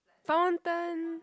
fountain